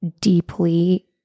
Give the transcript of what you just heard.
deeply